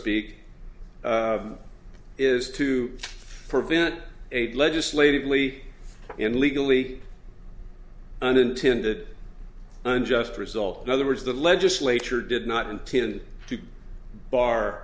speak is to prevent a legislatively and legally unintended unjust result in other words the legislature did not intend to bar